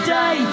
day